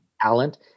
talent